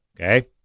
okay